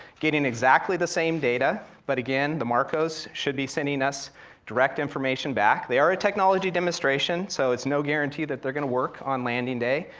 getting exactly the same data, but again, the marcos should be sending us direct information back. they are a technology demonstration, so it's no guarantee that they're gonna work on landing day.